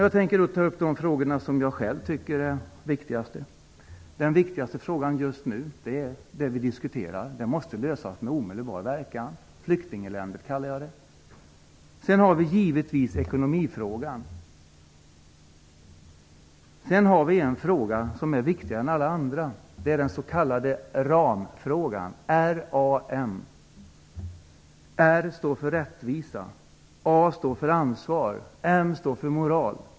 Jag tänker ta upp de frågor som jag själv tycker är viktigast. Den viktigaste frågan är den som vi diskuterar nu. Jag kallar den för flyktingeländet, och det måste lösas med omedelbar verkan. Vi har givetvis också att ta ställning i ekonomifrågan. Det finns en fråga som är viktigare än alla andra, den s.k. ram-frågan. R står för rättvisa, a står för ansvar och m står för moral.